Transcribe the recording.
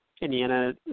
Indiana